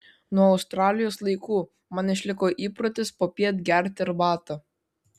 nuo australijos laikų man išliko įprotis popiet gerti arbatą